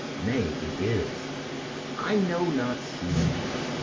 nay, it is i know not seems.